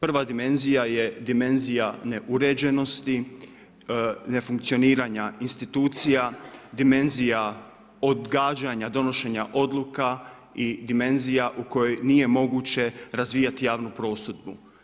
Prva dimenzija je dimenzija neuređenosti, nefunkcioniranja institucija, dimenzija odgađanja donošenja odluka i dimenzija u kojoj nije moguće razvijati javnu prosudbu.